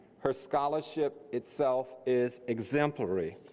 her scholarship itself is exemplary.